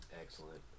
Excellent